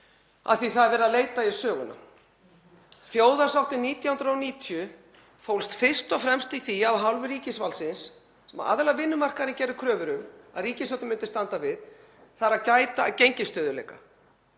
af því að það er verið að leita í söguna, er að þjóðarsáttin 1990 fólst fyrst og fremst í því af hálfu ríkisvaldsins, sem aðilar vinnumarkaðarins gerðu kröfur um að ríkisstjórnin myndi standa við, að gæta að gengisstöðugleika.